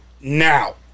Now